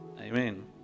Amen